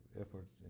efforts